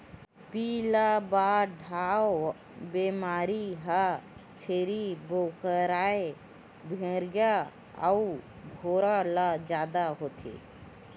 पिलबढ़वा बेमारी ह छेरी बोकराए भेड़िया अउ घोड़ा ल जादा होथे